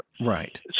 right